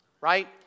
right